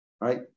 right